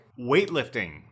Weightlifting